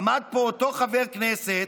עמד פה אותו חבר כנסת,